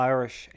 Irish